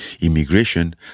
immigration